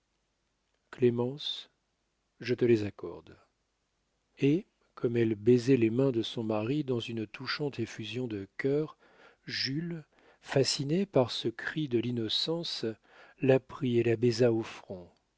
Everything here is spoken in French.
clémence je te les accorde et comme elle baisait les mains de son mari dans une touchante effusion de cœur jules fasciné par ce cri de l'innocence la prit et la baisa au front